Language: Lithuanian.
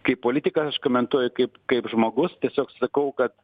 kaip politikas aš komentuoju kaip kaip žmogus tiesiog sakau kad